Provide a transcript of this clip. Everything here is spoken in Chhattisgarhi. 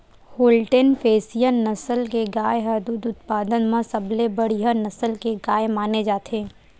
होल्टेन फेसियन नसल के गाय ह दूद उत्पादन म सबले बड़िहा नसल के गाय माने जाथे